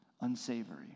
unsavory